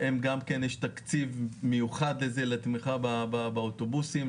יש תקציב מיוחד לזה לתמיכה באוטובוסים,